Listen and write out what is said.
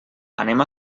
anem